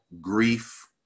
grief